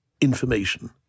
information